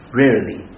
rarely